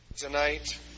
tonight